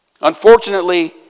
Unfortunately